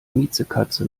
miezekatze